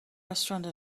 restaurant